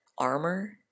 Armor